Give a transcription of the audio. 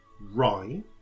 rye